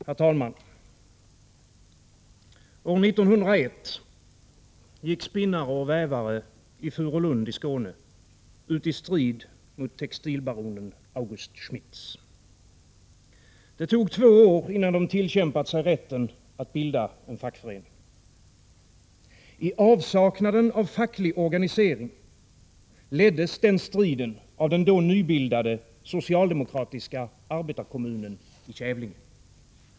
Herr talman! År 1901 gick spinnare och vävare i Furulund i Skåne ut i strid mot textilbaronen August Schmitz. Det tog två år innan de tillkämpat sig rätten att bilda en fackförening. I avsaknaden av facklig organisering leddes striden av den då nybildade socialdemokratiska arbetarkommunen i Kävlinge.